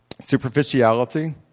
Superficiality